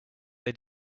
they